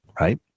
right